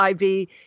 IV